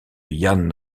ian